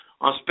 on